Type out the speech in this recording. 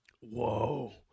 Whoa